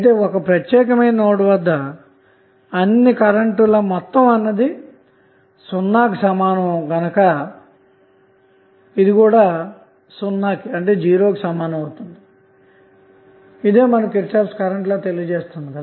అయితే ఒక ప్రత్యేకమైన నోడ్ వద్ద అన్ని కరెంటు ల మొత్తం అన్నది సున్నా కి సమానం గనక ఇది కూడా సున్నా కి సమానం అవుతుంది